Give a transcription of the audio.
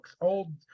old